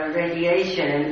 radiation